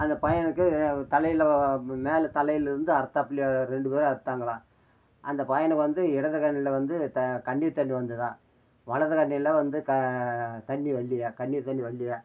அந்த பையனுக்கு தலையில் மேலே தலையில் இருந்த அறுத்தாப்பிலயாம் ரெ ரெண்டு பேரும் அறுத்தாங்களாம் அந்த பையனுக்கு வந்து இடது கண்ணில் வந்து த கண்ணீர் தண்ணி வந்ததாம் வலது கண்ணில் வந்து க தண்ணி வரலியாம் கண்ணீர் தண்ணி வரலியாம்